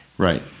Right